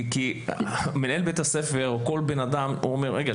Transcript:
כי מנהל בית הספר אומר: "רגע,